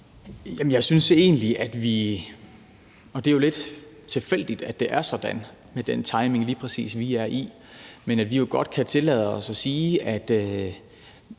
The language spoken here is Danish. Jeg synes egentlig – og det er jo lidt tilfældigt, at det er sådan med den timing, der lige præcis er – at vi godt kan tillade os at sige, at